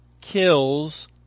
kills